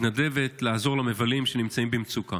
מתנדבת לעזור למבלים שנמצאים במצוקה.